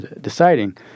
deciding